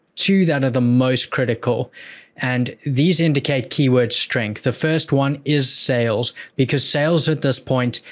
two that are the most critical and these indicate keyword strength. the first one is sales because sales at this point,